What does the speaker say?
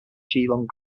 geelong